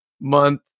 month